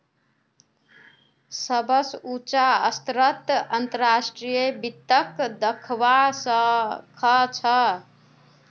सबस उचा स्तरत अंतर्राष्ट्रीय वित्तक दखवा स ख छ